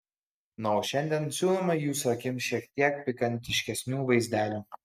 na o šiandien siūlome jūsų akims šiek tiek pikantiškesnių vaizdelių